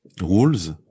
rules